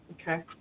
Okay